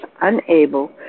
unable